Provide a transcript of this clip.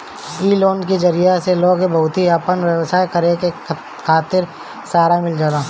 इ लोन के जरिया से बहुते लोग के आपन व्यवसाय करे खातिर सहारा मिल जाता